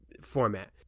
format